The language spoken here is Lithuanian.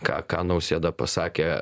ką ką nausėda pasakė